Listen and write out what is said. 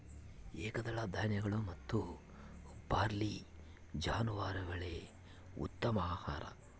ಏಕದಳ ಧಾನ್ಯಗಳು ಮತ್ತು ಬಾರ್ಲಿ ಜಾನುವಾರುಗುಳ್ಗೆ ಉತ್ತಮ ಆಹಾರ